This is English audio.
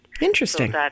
Interesting